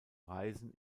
reisen